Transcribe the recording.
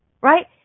Right